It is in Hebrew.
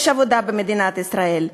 יש עבודה במדינת ישראל.